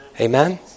Amen